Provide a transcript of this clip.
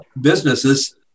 businesses